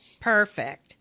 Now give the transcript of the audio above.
Perfect